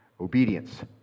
Obedience